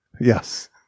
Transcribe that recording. Yes